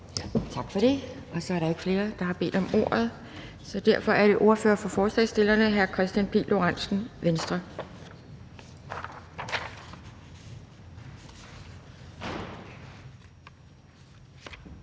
Tak for det. Der er ikke flere, der har bedt om ordet. Derfor er det ordføreren for forslagsstillerne, hr. Kristian Pihl Lorentzen, Venstre.